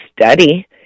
study